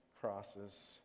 crosses